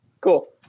Cool